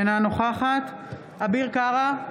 אינה נוכחת אביר קארה,